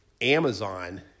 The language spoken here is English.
Amazon